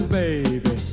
baby